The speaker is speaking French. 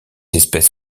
espèces